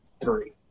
three